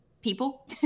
people